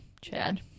Chad